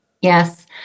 Yes